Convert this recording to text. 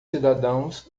cidadãos